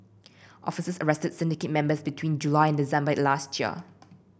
officers arrested syndicate members between July and December last year